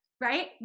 right